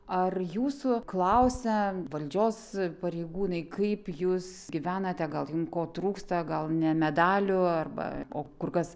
ar jūsų klausia valdžios pareigūnai kaip jūs gyvenate gal jums ko trūksta gal ne medalių arba o kur kas